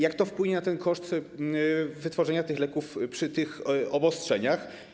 Jak to wpłynie na koszt wytworzenia tych leków przy tych obostrzeniach?